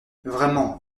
vraiment